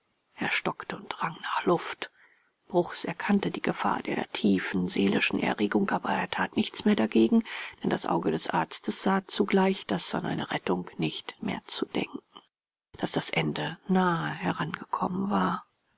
er stockte und rang nach luft bruchs erkannte die gefahr der tiefen seelischen erregung aber er tat nichts mehr dagegen denn das auge des arztes sah zugleich daß an eine rettung nicht mehr zu denken daß das ende nahe herangekommen war